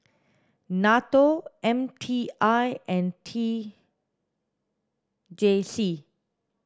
NATO M T I and T J C